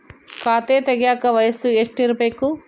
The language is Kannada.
ಖಾತೆ ತೆಗೆಯಕ ವಯಸ್ಸು ಎಷ್ಟಿರಬೇಕು?